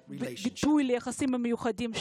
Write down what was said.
שהיא היסוד ליחסים הבאמת-מיוחדים שלנו.